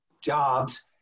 jobs